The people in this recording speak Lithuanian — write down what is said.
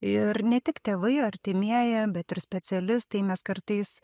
ir ne tik tėvai artimieji bet ir specialistai mes kartais